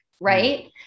right